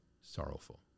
sorrowful